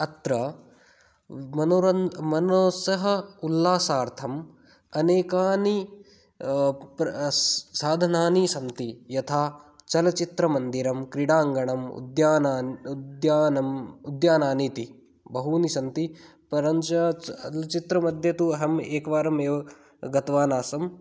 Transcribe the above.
अत्र मनोरन् मनसः उल्लासार्थम् अनेकानि प्र साधनानि सन्ति यथा चलच्चित्रमन्दिरं क्रीडाङ्गणम् उद्याना उद्यानम् उद्यानानि इति बहूनि सन्ति परञ्च चलच्चित्रमध्ये तु अहम् एक वारमेव गतवान् आसम्